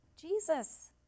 Jesus